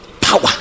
power